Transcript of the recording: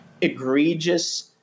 egregious